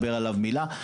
יס"מ.